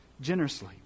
generously